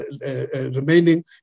remaining